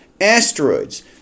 asteroids